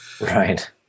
Right